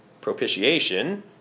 Propitiation